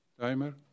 Timer